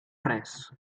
res